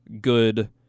good